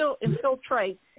infiltrate